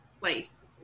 place